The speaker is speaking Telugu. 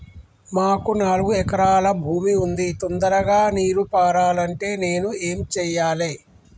మాకు నాలుగు ఎకరాల భూమి ఉంది, తొందరగా నీరు పారాలంటే నేను ఏం చెయ్యాలే?